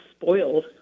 spoiled